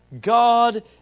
God